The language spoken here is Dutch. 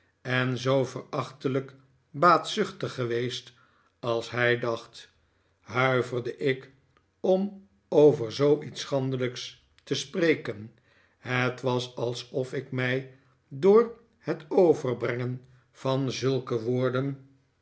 en zoo verachtelijk baatzuchtig geweest als hij dacht huiverde ik om over zooiets schandelijks te spreken het was alsof ik mij door het overbrengen van zulke woorden